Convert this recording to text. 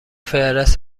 فهرست